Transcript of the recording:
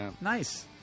Nice